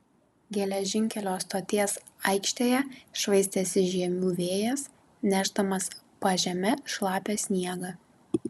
geležinkelio stoties aikštėje švaistėsi žiemių vėjas nešdamas pažeme šlapią sniegą